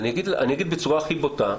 אני אגיד את זה בצורה הכי בוטה.